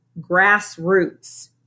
grassroots